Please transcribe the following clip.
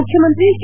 ಮುಖ್ಯಮಂತ್ರಿ ಕೆ